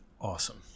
awesome